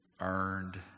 earned